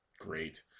great